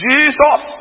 Jesus